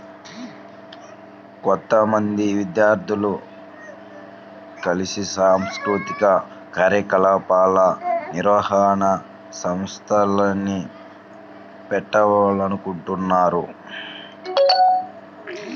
కొంతమంది విద్యార్థులు కలిసి సాంస్కృతిక కార్యక్రమాల నిర్వహణ సంస్థని పెట్టాలనుకుంటన్నారు